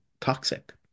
toxic